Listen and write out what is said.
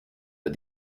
but